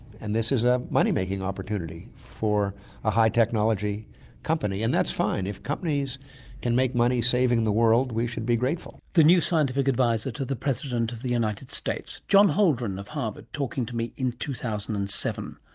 and this is a money-making opportunity for a high technology company, and that's fine. if companies can make money saving the world we should be grateful. the new scientific advisor to the president of the united states, john holdren of harvard talking to me in two thousand and seven.